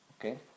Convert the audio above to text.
Okay